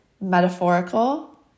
metaphorical